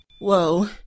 Whoa